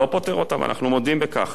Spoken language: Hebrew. לא פותר אותם, אנחנו מודים בכך.